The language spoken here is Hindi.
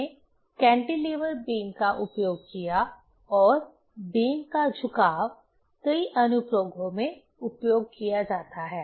हमने कैंटीलीवर बीम का उपयोग किया और बीम का झुकाव कई अनुप्रयोगों में उपयोग किया जाता है